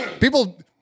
people –